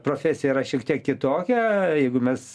profesija yra šiek tiek kitokia jeigu mes